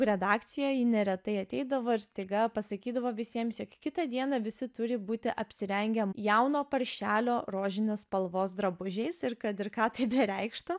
redakcijoj ji neretai ateidavo ir staiga pasakydavo visiems jog kitą dieną visi turi būti apsirengę jauno paršelio rožinės spalvos drabužiais ir kad ir ką tai bereikštų